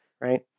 Right